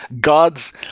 God's